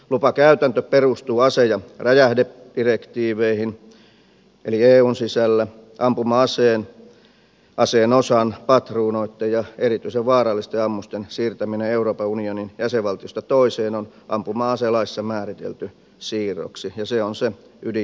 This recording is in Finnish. lupakäytäntö perustuu ase ja räjähdedirektiiveihin eli eun sisällä ampuma aseen aseen osan patruunoitten ja erityisen vaarallisten ammusten siirtäminen euroopan unionin jäsenvaltiosta toiseen on ampuma aselaissa määritelty siirroksi ja se on se ydinkäsite